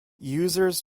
users